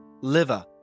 liver